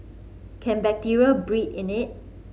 can bacteria breed in it